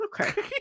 Okay